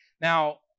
Now